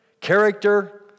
character